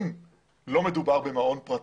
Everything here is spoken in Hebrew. אם לא מדובר במעון פרטי,